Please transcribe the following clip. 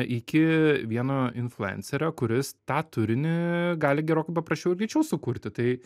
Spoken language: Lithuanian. iki vieno influencerio kuris tą turinį gali gerokai paprasčiau ir greičiau sukurti tai